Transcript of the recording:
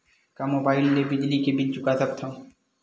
का मुबाइल ले बिजली के बिल चुका सकथव?